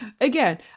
again